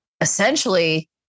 essentially